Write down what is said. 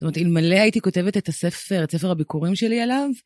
זאת אומרת, אלמלא הייתי כותבת את הספר, את ספר הביכורים שלי עליו